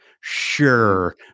sure